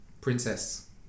Princess